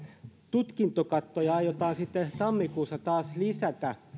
tutkintokattoja aiotaan tammikuussa taas lisätä